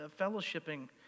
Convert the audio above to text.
fellowshipping